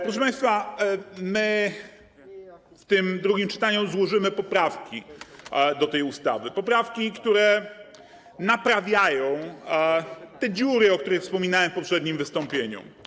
Proszę państwa, my w tym drugim czytaniu złożymy poprawki do tej ustawy, poprawki, które naprawiają te dziury, o których wspominałem w poprzednim wystąpieniu.